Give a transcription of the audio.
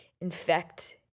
infect